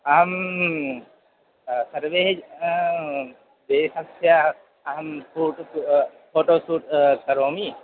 अहं सर्वे देशस्य अहं फ़ोटो सू फ़ोटो सूट् करोमि